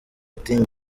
ati